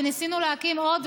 וניסינו להקים עוד,